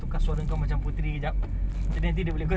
campur kita boleh jadi berbual and dia mix ah